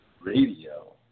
Radio